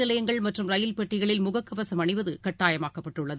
நிலையங்கள் மற்றும் ரயில் பெட்டிகளில் முகக்கவசம் அணிவதுகட்டாயமாக்கப்பட்டுள்ளது